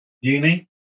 Uni